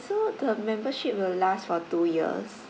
so the membership will last for two years